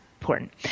important